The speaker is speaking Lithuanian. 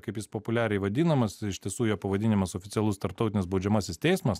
kaip jis populiariai vadinamas iš tiesų jo pavadinimas oficialus tarptautinis baudžiamasis teismas